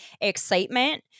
excitement